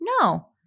no